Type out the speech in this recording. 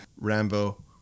Rambo